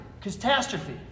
catastrophe